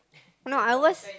now I was